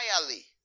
entirely